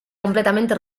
completamente